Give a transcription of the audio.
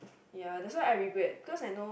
ya that's why I regret because I know